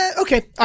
okay